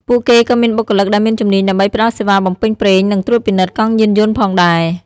ពួកគេក៏មានបុគ្គលិកដែលមានជំនាញដើម្បីផ្តល់សេវាបំពេញប្រេងនិងត្រួតពិនិត្យកង់យានយន្តផងដែរ។